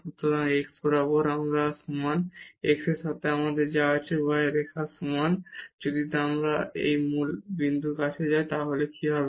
সুতরাং এই x বরাবর y এর সমান x এর সাথে আমাদের যা আছে তা y রেখার সমান যদি আমরা এখানে এই মূল বিন্দুর কাছে যাই তাহলে কি হবে